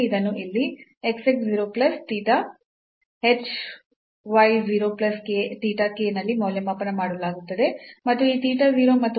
ಇದನ್ನು ಇಲ್ಲಿ xx 0 plus theta h y 0 plus theta k ನಲ್ಲಿ ಮೌಲ್ಯಮಾಪನ ಮಾಡಲಾಗುತ್ತದೆ ಮತ್ತು ಈ theta 0 ಮತ್ತು 1 ರ ನಡುವೆ ಇರುತ್ತದೆ